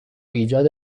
ایجاد